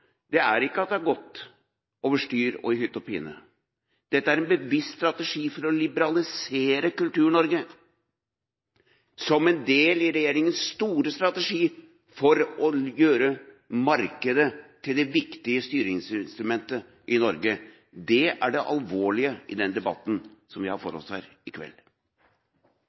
om, er ikke at det har gått over styr og i hytt og pine. Dette er en bevisst strategi for å liberalisere Kultur-Norge, som en del av regjeringas store strategi for å gjøre markedet til det viktige styringsinstrumentet i Norge. Det er det alvorlige i den debatten som vi har her i kveld.